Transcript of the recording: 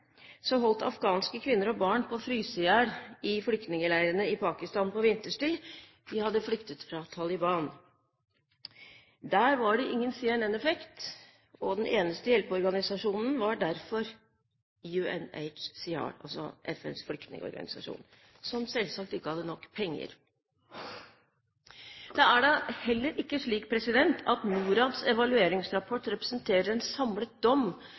holdt afghanske kvinner og barn på å fryse i hjel i flyktningleirene i Pakistan vinterstid. De hadde flyktet fra Taliban. Der var det ingen CNN-effekt, og den eneste hjelpeorganisasjonen var derfor UNHCR, altså FNs flyktningorganisasjon, som selvsagt ikke hadde nok penger. Det er da heller ikke slik at Norads evalueringsrapport representerer en samlet dom